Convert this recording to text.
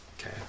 Okay